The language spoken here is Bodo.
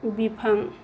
बिफां